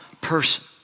person